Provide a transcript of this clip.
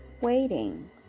waiting